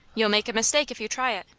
you'll make a mistake if you try it.